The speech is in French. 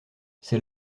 c’est